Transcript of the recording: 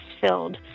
filled